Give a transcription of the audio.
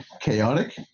chaotic